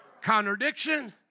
Contradiction